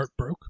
heartbroke